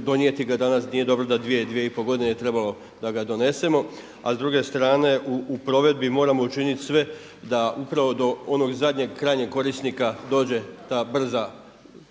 donijeti ga danas, nije dobro da dvije, dvije i pol godine je trebalo da ga donesemo. A s druge strana u provedbi moramo učiniti sve da upravo do onog zadnjeg krajnjeg korisnika dođe ta brza Internet